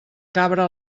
cabra